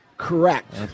Correct